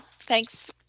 Thanks